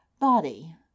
BODY